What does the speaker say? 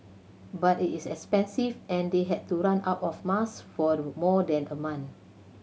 but it is expensive and they had to run out of masks for more than a month